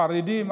חרדים,